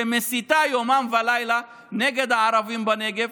שמסיתה יומם ולילה נגד הערבים בנגב.